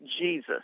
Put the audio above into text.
Jesus